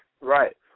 Right